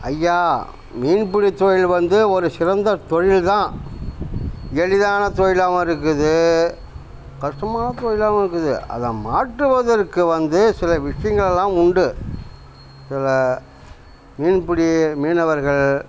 ஐயா மீன்பிடி தொழில் வந்து ஒரு சிறந்தத் தொழில் தான் எளிதான தொழிலாகவும் இருக்குது கஷ்டமான தொழிலாகவும் இருக்குது அதை மாற்றுவதற்கு வந்து சில விஷயங்கள்லாம் உண்டு சில மீன்பிடி மீனவர்கள்